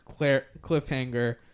cliffhanger